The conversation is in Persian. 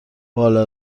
بالا